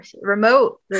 Remote